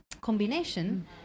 combination